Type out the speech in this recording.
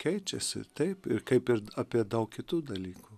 keičiasi taip kaip ir apie daug kitų dalykų